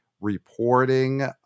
reporting